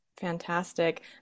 Fantastic